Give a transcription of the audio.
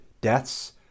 deaths